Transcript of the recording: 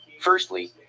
Firstly